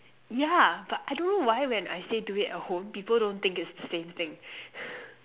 yeah but I don't know why when I say do it at home people don't think it's the same thing